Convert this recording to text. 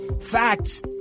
facts